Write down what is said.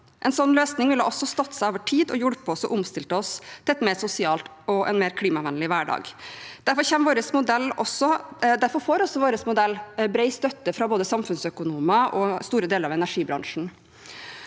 En sånn løsning ville også stått seg over tid og hjulpet oss til å omstille oss til en mer sosial og klimavennlig hverdag. Derfor får vår modell også bred støtte fra både samfunnsøkonomer og store deler av energibransjen.